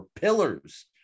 pillars